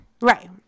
Right